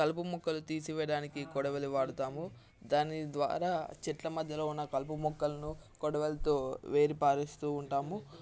కలుపు మొక్కలు తీసివేయడానికి కొడవలి వాడతాము దాని ద్వారా చెట్ల మధ్యలో ఉన్న కలుపు మొక్కలను కొడవలితో ఏరిపారేస్తూ ఉంటాము